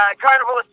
Carnival